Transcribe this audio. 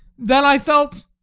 then i felt,